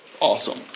awesome